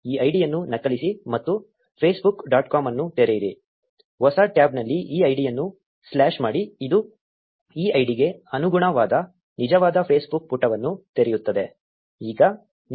ಈ ಐಡಿಯನ್ನು ನಕಲಿಸಿ ಮತ್ತು ಫೇಸ್ಬುಕ್ ಡಾಟ್ ಕಾಮ್ ಅನ್ನು ತೆರೆಯಿರಿ ಹೊಸ ಟ್ಯಾಬ್ನಲ್ಲಿ ಈ ಐಡಿಯನ್ನು ಸ್ಲ್ಯಾಷ್ ಮಾಡಿ ಇದು ಈ ಐಡಿಗೆ ಅನುಗುಣವಾದ ನಿಜವಾದ ಫೇಸ್ಬುಕ್ ಪುಟವನ್ನು ತೆರೆಯುತ್ತದೆ